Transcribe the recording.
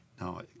No